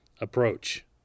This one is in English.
approach